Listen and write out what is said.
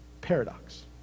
Paradox